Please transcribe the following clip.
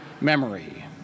memory